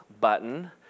button